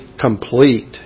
Complete